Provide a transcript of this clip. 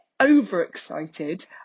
overexcited